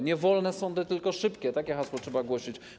Nie wolne sądy, tylko szybkie sądy, takie hasło trzeba głosić.